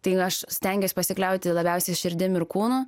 tai aš stengiuosi pasikliauti labiausiai širdim ir kūnu